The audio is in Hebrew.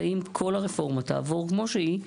באם הרפורמה תעבור כולה כמו שהיא,